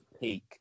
peak